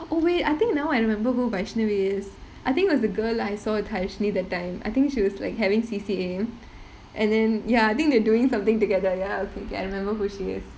oh wait I think now I remember who vaishnu is I think it was the girl that I saw with taishini that time I think she was like having C_C_A and then ya I think they doing something together ya okay I remember who she is